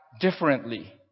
differently